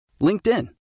LinkedIn